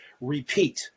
Repeat